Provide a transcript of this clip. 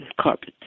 carpet